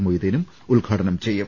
മൊയ്തീനും ഉദ്ഘാടനം ചെയ്യും